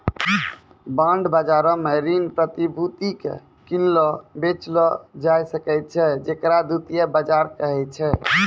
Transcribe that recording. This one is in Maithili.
बांड बजारो मे ऋण प्रतिभूति के किनलो बेचलो जाय सकै छै जेकरा द्वितीय बजार कहै छै